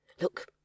Look